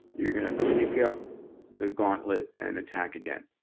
you're gonna pick up the gauntlet and attack again.